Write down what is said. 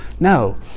No